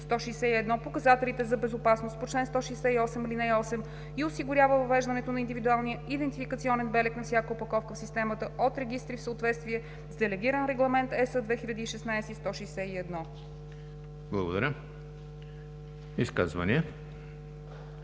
показателите за безопасност по чл. 168, ал. 8 и осигурява въвеждането на индивидуалния идентификационен белег на всяка опаковка в системата от регистри в съответствие с Делегиран регламент (ЕС) 2016/161.“